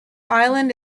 island